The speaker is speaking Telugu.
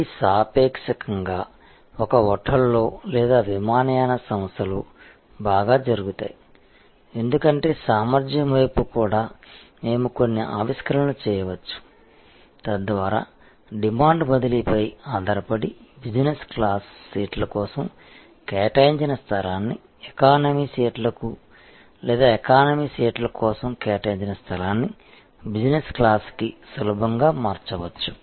ఇవి సాపేక్షంగా ఒక హోటల్లో లేదా విమానయాన సంస్థలలో బాగా జరుగుతాయి ఎందుకంటే సామర్థ్యం వైపు కూడా మేము కొన్ని ఆవిష్కరణలు చేయవచ్చు తద్వారా డిమాండ్ బదిలీపై ఆధారపడి బిజినెస్ క్లాస్ సీట్ల కోసం కేటాయించిన స్థలాన్ని ఎకానమీ సీట్లకు లేదా ఎకానమీ సీట్ల కోసం కేటాయించిన స్థలాన్ని బిజినెస్ క్లాస్ కి సులభంగా మార్చవచ్చు